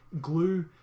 glue